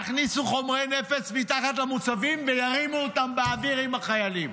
יכניסו חומרי נפץ מתחת למוצבים וירימו אותם באוויר עם החיילים.